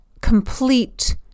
complete